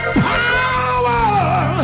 power